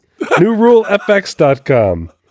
newrulefx.com